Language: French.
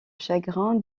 chagrin